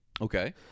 Okay